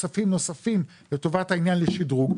כספים נוספים לטובת העניין לשדרוג.